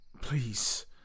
Please